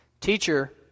Teacher